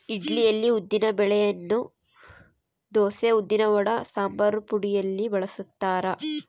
ಇಡ್ಲಿಯಲ್ಲಿ ಉದ್ದಿನ ಬೆಳೆಯನ್ನು ದೋಸೆ, ಉದ್ದಿನವಡ, ಸಂಬಾರಪುಡಿಯಲ್ಲಿ ಬಳಸ್ತಾರ